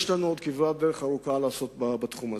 יש לנו עוד כברת דרך ארוכה לעשות בתחום הזה.